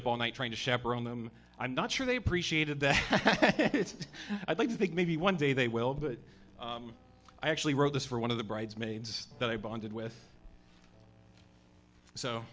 up all night trying to chaperone them i'm not sure they appreciated that i'd like to think maybe one day they will but i actually wrote this for one of the bridesmaids that i bonded with so